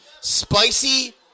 spicy